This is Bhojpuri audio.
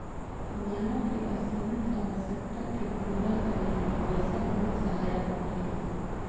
मानव के असीमित आवश्यकता के पूरा करे में पईसा बहुत सहायक होखेला